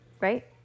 right